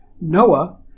Noah